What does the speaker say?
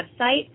website